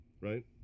right